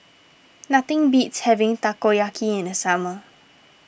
nothing beats having Takoyaki in the summer